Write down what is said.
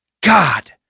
God